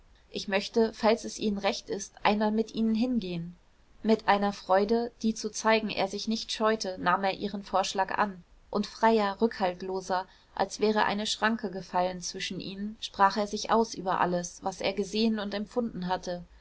ich möchte falls es ihnen recht ist einmal mit ihnen hingehen mit einer freude die zu zeigen er sich nicht scheute nahm er ihren vorschlag an und freier rückhaltloser als wäre eine schranke gefallen zwischen ihnen sprach er sich aus über alles was er gesehen und empfunden hatte